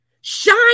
Shine